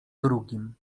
drugim